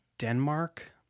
Denmark